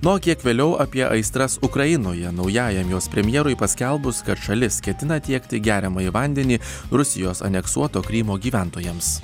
na o kiek vėliau apie aistras ukrainoje naujajam jos premjerui paskelbus kad šalis ketina tiekti geriamąjį vandenį rusijos aneksuoto krymo gyventojams